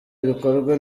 ibikorwa